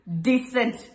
decent